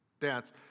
dance